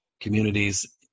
communities